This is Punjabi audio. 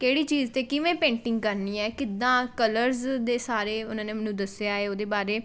ਕਿਹੜੀ ਚੀਜ਼ 'ਤੇ ਕਿਵੇਂ ਪੇਂਟਿੰਗ ਕਰਨੀ ਹੈ ਕਿੱਦਾਂ ਕਲਰਸ ਦੇ ਸਾਰੇ ਉਹਨਾਂ ਨੇ ਮੈਨੂੰ ਦੱਸਿਆ ਹੈ ਉਹਦੇ ਬਾਰੇ